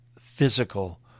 physical